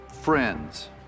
Friends